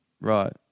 Right